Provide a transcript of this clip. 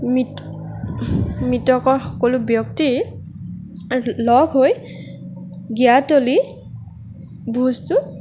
মৃত মৃতকৰ সকলো ব্যক্তি আৰু লগ হৈ গিয়াতলি ভোজটো